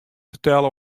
fertelle